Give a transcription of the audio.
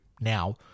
now